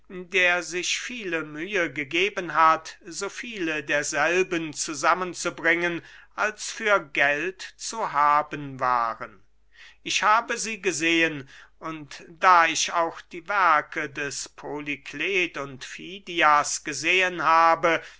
der sich viele mühe gegeben hat so viele derselben zusammen zu bringen als für geld zu haben waren ich habe sie gesehen und da ich auch die werke des polyklet und fidias gesehen habe